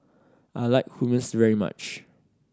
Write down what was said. I like Hummus very much